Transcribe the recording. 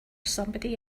somebody